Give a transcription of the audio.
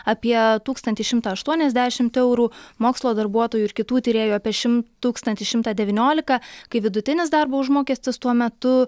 apie tūkstantį šimtą aštuoniasdešimt eurų mokslo darbuotojų ir kitų tyrėjų apie šim tūkstantį šimtą devynioliką kai vidutinis darbo užmokestis tuo metu